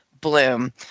bloom